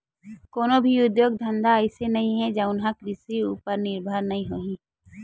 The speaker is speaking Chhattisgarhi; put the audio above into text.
कोनो भी उद्योग धंधा अइसे नइ हे जउन ह कृषि उपर निरभर नइ होही